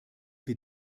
wir